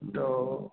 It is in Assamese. ত'